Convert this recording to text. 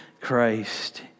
Christ